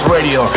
Radio